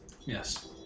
Yes